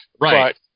Right